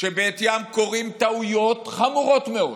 שבעטיים קורות טעויות חמורות מאוד